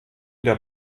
der